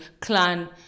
Clan